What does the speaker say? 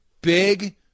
big